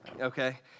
Okay